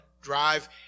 drive